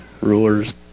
rulers